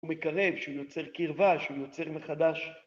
הוא מקרב, שהוא יוצר קרבה, שהוא יוצר מחדש.